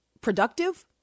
productive